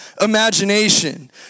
imagination